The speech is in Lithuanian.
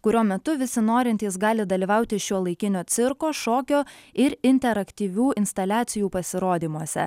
kurio metu visi norintys gali dalyvauti šiuolaikinio cirko šokio ir interaktyvių instaliacijų pasirodymuose